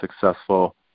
successful